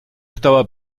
estaba